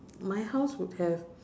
my house would have